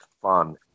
fun